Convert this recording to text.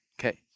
Okay